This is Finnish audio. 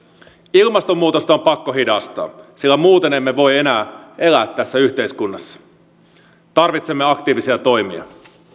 ilmastonmuutosta on pakko hidastaa sillä muuten emme voi enää elää tässä yhteiskunnassa tarvitsemme aktiivisia toimia